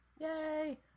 Yay